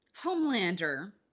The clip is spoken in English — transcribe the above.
Homelander